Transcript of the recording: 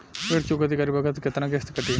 ऋण चुकौती करे बखत केतना किस्त कटी?